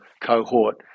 cohort